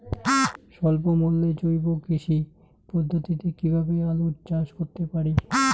স্বল্প মূল্যে জৈব কৃষি পদ্ধতিতে কীভাবে আলুর চাষ করতে পারি?